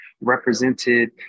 represented